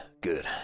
Good